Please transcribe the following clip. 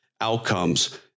outcomes